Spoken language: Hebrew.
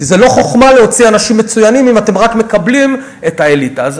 כי זאת לא חוכמה להוציא אנשים מצוינים אם אתם מקבלים רק את האליטה.